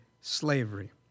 slavery